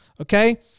okay